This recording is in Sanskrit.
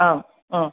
आं हा